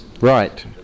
right